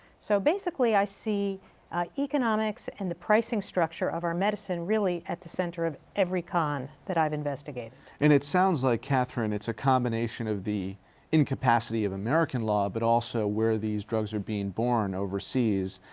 so basically i see economics and the pricing structure of our medicine, really at the center of every con that i've investigated. heffner and it sounds like, katherine, it's a combination of the incapacity of american law, but also where these drugs are being born overseas.